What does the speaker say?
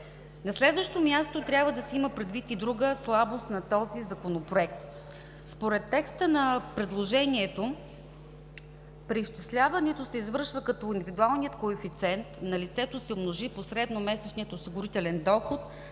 На следващо място, трябва да се има предвид и друга слабост на Законопроекта. Според текста на предложението преизчисляването се извършва като индивидуалният коефициент на лицето се умножи по средномесечния осигурителен доход